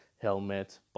helmet